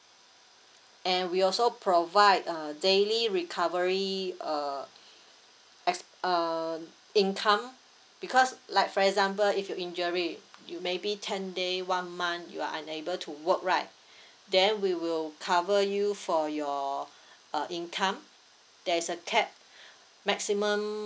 and we also provide uh daily recovery uh exp~ uh income because like for example if you injury you maybe ten day one month you are unable to work right then we will cover you for your uh income there's a cap maximum